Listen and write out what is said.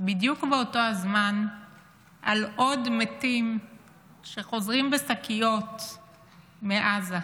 בדיוק באותו הזמן על עוד מתים שחוזרים בשקיות מעזה.